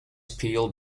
peeled